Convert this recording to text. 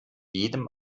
jedem